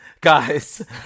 guys